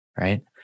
right